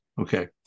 Okay